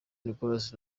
nicolas